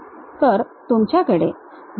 तर तुमच्याकडे G 1 G 2 curve चे नेटवर्क असेल